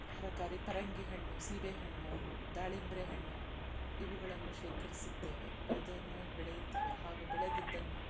ತರಕಾರಿ ಪರಂಗಿ ಹಣ್ಣು ಸೀಬೆ ಹಣ್ಣು ದಾಳಿಂಬೆ ಹಣ್ಣು ಇವುಗಳನ್ನು ಶೇಖರಿಸುತ್ತೇವೆ ಇದನ್ನು ಬೆಳೆಯುತ್ತೇವೆ ಹಾಗೂ ಬೆಳೆದಿದ್ದನ್ನು